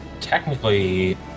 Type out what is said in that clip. technically